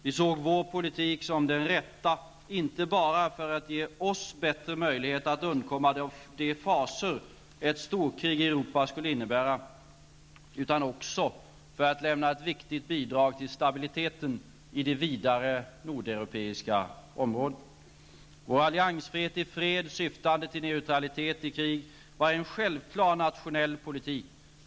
Vi såg vår politik som den rätta inte bara för att ge oss bättre möjligheter att undkomma de fasor ett storkrig i Europa skulle innebära, utan också för att lämna ett viktigt bidrag till stabiliteten i det vidare nordeuropeiska området. Vår alliansfrihet i fred, syftande till neutralitet i krig, var en självklar nationell politik.